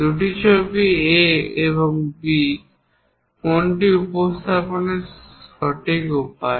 দুটি ভিন্ন ছবি A এবং B কোনটি উপস্থাপনের সঠিক উপায়